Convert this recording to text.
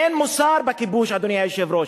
אין מוסר בכיבוש, אדוני היושב-ראש.